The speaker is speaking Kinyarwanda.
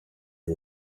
iri